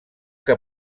que